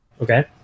okay